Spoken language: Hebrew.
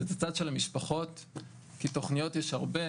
זה את הצד של המשפחות כי תכניות יש הרבה,